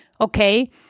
Okay